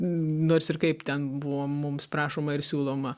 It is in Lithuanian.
nors ir kaip ten buvo mums prašoma ir siūloma